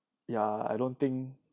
ya I don't think